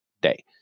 day